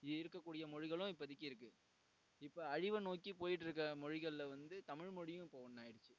இருக்க கூடிய மொழிகளும் இப்போதிக்கி இருக்கு இப்போ அழிவை நோக்கி போய்கிட்ருக்க மொழிகளில் வந்து தமிழ் மொழியும் இப்போ ஒன்றாயிடுச்சி